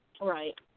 Right